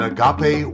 Agape